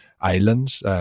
islands